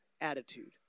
attitude